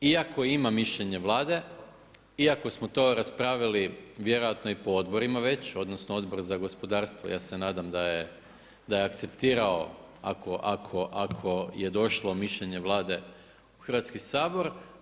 Iako ima mišljenje Vlade, iako smo to raspravili vjerojatno po odborima već odnosno Odbor za gospodarstvo, ja se nadam da je akceptirao ako je došlo mišljenje Vlade u Hrvatski sabor.